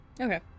Okay